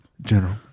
General